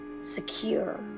secure